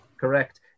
Correct